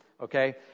Okay